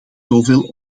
zoveel